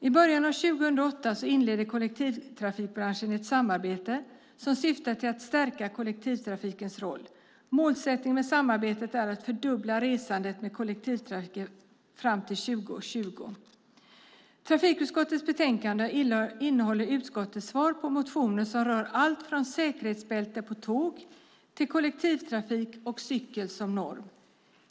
I början av 2008 inledde kollektivtrafikbranschen ett samarbete som syftar till att stärka kollektivtrafikens roll. Målsättningen med samarbetet är att fördubbla resandet med kollektivtrafiken fram till 2020. Trafikutskottets betänkande innehåller utskottets svar på motioner som rör allt från säkerhetsbälte på tåg till kollektivtrafik och cykel som norm.